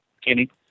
Kenny